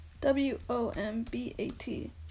W-O-M-B-A-T